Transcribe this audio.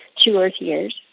two earth years,